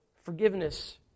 Forgiveness